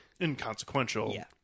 Inconsequential